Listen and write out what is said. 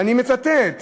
ואני מצטט.